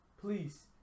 Please